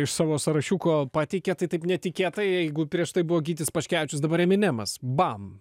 iš savo sąrašiuko pateikė tai taip netikėtai jeigu prieš tai buvo gytis paškevičius dabar eminemas bam